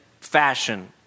fashion